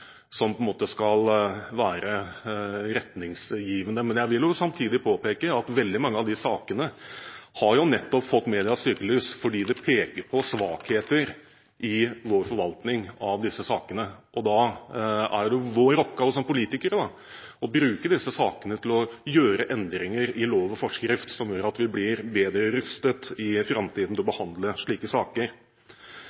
som på en måte skal være retningsgivende. Men jeg vil samtidig påpeke at veldig mange av disse sakene har fått medias søkelys nettopp fordi de peker på svakheter i vår forvaltning av dem. Da er det vår oppgave som politikere å bruke disse sakene til å gjøre endringer i lov og forskrift, slik at vi blir bedre rustet til å behandle slike saker i framtiden.